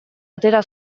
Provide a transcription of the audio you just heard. atera